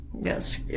Yes